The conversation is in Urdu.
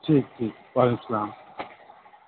ٹھیک ٹھیک وعلیکم السلام